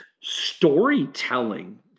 storytelling